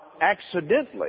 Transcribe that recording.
accidentally